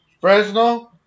Fresno